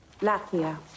Latvia